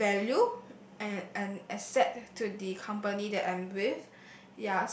a value and and accept to the company that end with